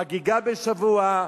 חגיגה בשבוע,